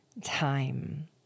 time